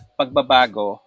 pagbabago